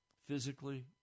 Physically